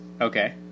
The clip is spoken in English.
okay